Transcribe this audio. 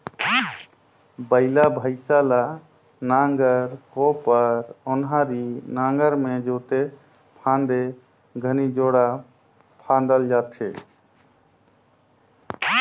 बइला भइसा ल नांगर, कोपर, ओन्हारी नागर मे जोते फादे घनी जोड़ा फादल जाथे